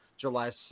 July